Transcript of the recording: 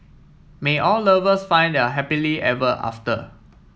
may all lovers find their happily ever after